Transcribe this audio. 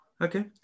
Okay